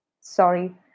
sorry